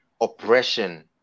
oppression